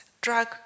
drug